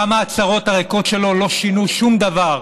גם ההצהרות הריקות שלו לא שינו שום דבר,